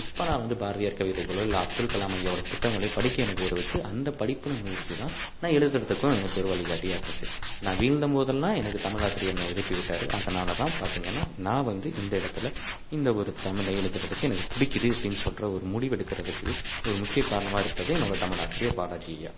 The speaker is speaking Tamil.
இப்போ நான் வந்து பாரதியார் கவிதைகளோ இல்லை அப்துல் கலாம் ஐயாவோட புத்தகங்களையோ படிக்க எனக்கு உதவிச்சி அந்த படிப்பு முயற்சி தான் நான் எழுதுறதுக்கும் எனக்கு ஒரு வழிகாட்டியா இருந்துச்சு நான் வீழ்ந்தபோதெல்லாம் எனது தமிழ் ஆசிரியர் என்ன எழுப்பிவிட்டாரு அதனால்தான் பார்த்திங்கனா நான் வந்து இந்த இடத்துல இந்த ஒரு தமிழை எழுதுறதுக்கு எனக்கு பிடிக்கிது அப்படின்னு சொல்லுற ஒரு முடிவெடுக்குறதுக்கு ஒரு முக்கிய காரணமாக இருப்பது என்னோட தமிழ் ஆசிரியர் பாலாஜி ஐயா